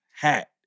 hat